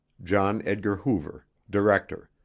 john edgar hoover director